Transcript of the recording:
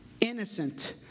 innocent